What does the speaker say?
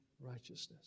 righteousness